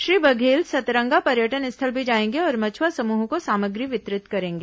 श्री बघेल सतरंगा पर्यटन स्थल भी जाएंगे और मछुआ समूहों को सामग्री वितरित करेंगे